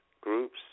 groups